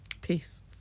Peace